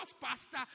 pastor